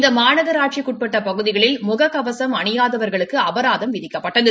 இந்த மாநகராட்சிக்கு உட்பட்ட பகுதிகளில் முக கவசம் அணியாதவர்களுக்கு அபராதம் விதிக்கப்பட்டது